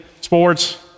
sports